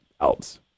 else